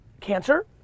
Cancer